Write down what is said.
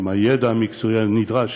עם הידע המקצועי הנדרש,